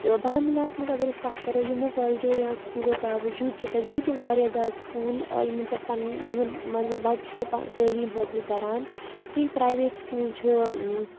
تہٕ بارہمولاہَس منٛ اگر أسۍ کَتھ کَرو یِمو کالجو یا سکوٗلو باوَجوٗد چھِ تَتہِ بیٚیہِ تہِ واریاہ زیادٕ سکوٗل یِمَن پٮ۪ٹھ پَنٕنۍ یِمَن بَچہِ چھُ تعلیٖم حٲصِل کَران کینٛہہ پرٛایویٹ سکوٗل چھُ